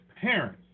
parents